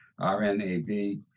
RNAV